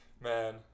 man